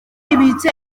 ibitse